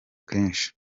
kenshi